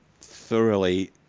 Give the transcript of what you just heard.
thoroughly